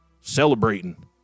celebrating